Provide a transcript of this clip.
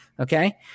Okay